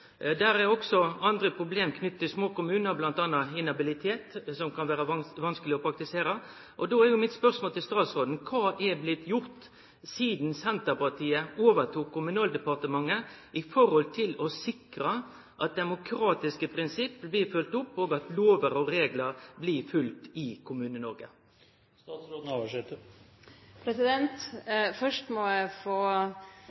også andre problem knytte til små kommunar, m.a. inhabilitet, som kan vere vanskeleg å praktisere. Då er mitt spørsmål til statsråden: Kva er blitt gjort sidan Senterpartiet overtok Kommunaldepartementet for å sikre at demokratiske prinsipp blir følgde opp, og at lovar og reglar blir følgde i